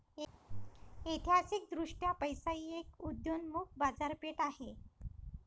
ऐतिहासिकदृष्ट्या पैसा ही एक उदयोन्मुख बाजारपेठ आहे